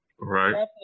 right